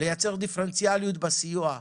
לייצר דיפרנציאליות בסיוע.